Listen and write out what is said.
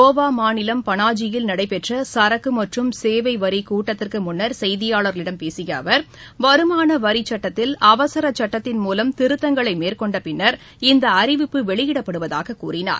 கோவா மாநிலம் பனாஜியில் நடைபெற்ற சரக்கு மற்றும் சேவை வரி கூட்டத்திற்கு முன்னர் செய்தியாளர்களிடம் பேசிய அவர் வருமான வரிச் சட்டத்தில் அவசரச் சட்டத்தின் மூலம் திருத்தங்களை மேற்கொண்ட பின்னர் இந்த அறிவிப்பு வெளியிடப்படுவதாக கூறினார்